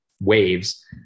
waves